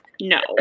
No